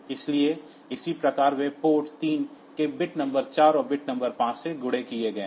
इसलिए इसी प्रकार वे पोर्ट 3 के बिट नंबर 4 और बिट नंबर 5 से गुणा किए जाते हैं